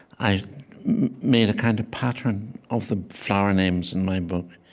i made a kind of pattern of the flower names in my book,